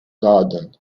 garden